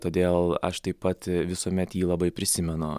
todėl aš taip pat visuomet jį labai prisimenu